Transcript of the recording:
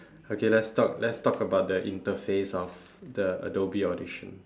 okay let's talk let's talk about the interface of the adobe audition